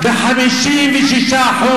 שלוש נקודה, ב-56%.